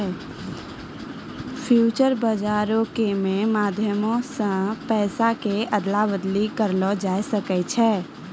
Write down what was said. future बजारो के मे माध्यमो से पैसा के अदला बदली करलो जाय सकै छै